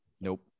nope